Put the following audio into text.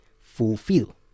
Fulfill